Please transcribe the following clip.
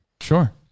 Sure